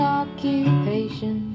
occupation